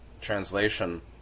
translation